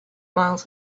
miles